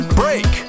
break